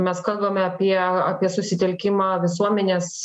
mes kalbame apie apie susitelkimą visuomenės